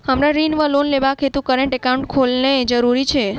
हमरा ऋण वा लोन लेबाक हेतु करेन्ट एकाउंट खोलेनैय जरूरी छै?